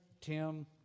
Tim